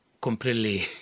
completely